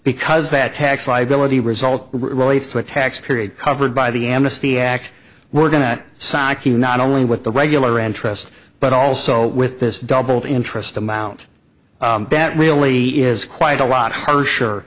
because that tax liability result relates to a tax period covered by the amnesty act we're going to sock you not only with the regular interest but also with this doubled interest amount that really is quite a lot harsher